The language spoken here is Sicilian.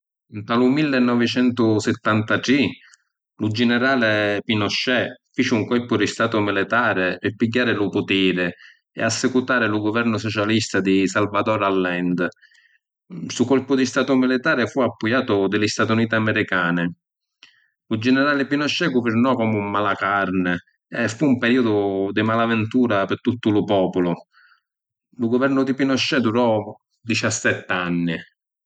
Nta lu millinovicentusittantatri, lu ginirali Pinochet fici un colpu di statu militari pi pigghiari lu putiri e assicutàri lu guvernu socialista di Salvador Allende. Stu colpu di statu militari fu appujatu di li Stati Uniti ‘miricani. Lu ginirali Pinochet guvirnò comu un malacarni e fu un periodu di malavintura pi tuttu lu populu. Lu guvernu di Pinochet durò diciassett’anni.